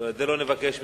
את זה גם לא נבקש ממך.